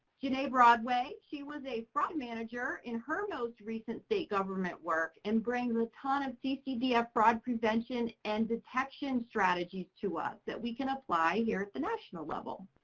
you know broadway, she was a fraud manager in her most recent state government work and brings a ton of ccdf fraud prevention and detection strategies to us, that we can apply here at the national level.